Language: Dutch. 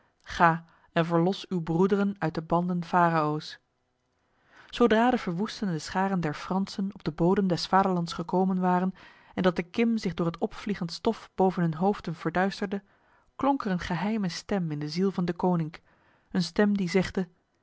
ga en verlos uw broederen uit de banden farao's zodra de verwoestende scharen der fransen op de bodem des vaderlands gekomen waren en dat de kim zich door het opvliegend stof boven hun hoofden verduisterde klonk er een geheime stem in de ziel van deconinck een stem die zegde